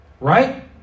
right